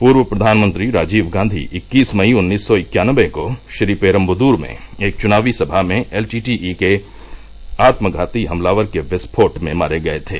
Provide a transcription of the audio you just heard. पूर्व प्रधानमंत्री राजीव गांधी इक्कीस मई उन्नीस सौ इक्यानवे को श्री पेरेबदूर में एक चुनावी समा में एलटीटीई के आत्मघाती हमलावर के विस्फोट में मारे गए थे